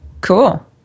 cool